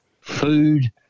food